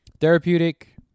therapeutic